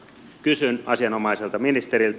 kysyn asianomaiselta ministeriltä